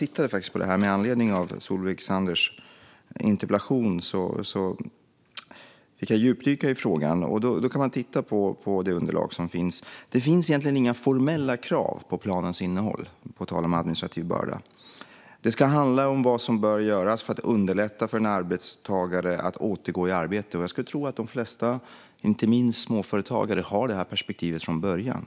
Med anledning av Solveig Zanders interpellation fick jag djupdyka i den frågan. Man kan titta på det underlag som finns. Det finns egentligen inte några formella krav på planens innehåll, på tal om administrativ börda. Det ska handla om vad som bör göras för att underlätta för en arbetstagare att återgå i arbete. Jag skulle tro att de flesta, inte minst småföretagare, har det perspektivet från början.